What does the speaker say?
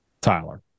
Tyler